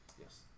Yes